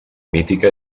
mítica